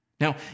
Now